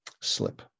slip